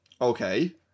Okay